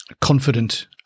confident